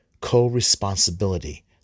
Co-Responsibility